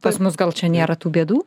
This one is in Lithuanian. pas mus gal čia nėra tų bėdų